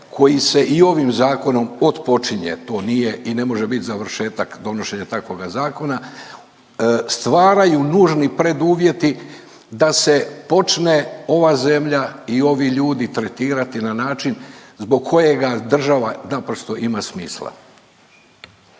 koji se i ovim zakonom otpočinje, to nije i ne može završetak donošenja takvoga zakona, stvaraju nužni preduvjeti da se počne ova zemlja i ovi ljudi tretirati na način zbog kojega država naprosto ima smisla.